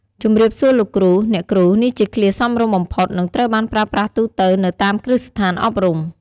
"ជំរាបសួរលោកគ្រូ អ្នកគ្រូ" នេះជាឃ្លាសមរម្យបំផុត និងត្រូវបានប្រើប្រាស់ទូទៅនៅតាមគ្រឹះស្ថានអប់រំ។